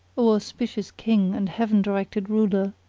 o auspicious king and heaven directed ruler!